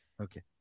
Okay